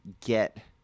get